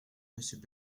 monsieur